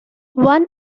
one